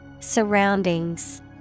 Surroundings